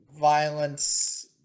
violence